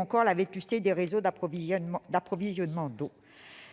encore la vétusté des réseaux d'approvisionnement d'eau.